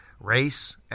race